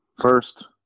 first